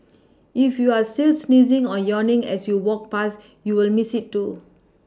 if you were still sneezing or yawning as you walked past you will Miss it too